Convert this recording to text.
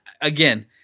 again